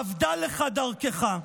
אבדה לך דרכך.